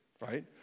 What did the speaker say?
right